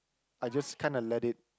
I just kinda let it